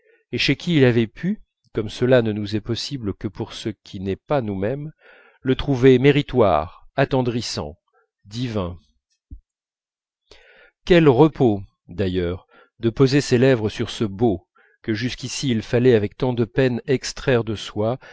et chez qui il avait pu comme cela ne nous est possible que pour ce qui n'est pas nous-même le trouver méritoire attendrissant divin quel repos d'ailleurs de poser ses lèvres sur ce beau que jusqu'ici il fallait avec tant de peine extraire de soi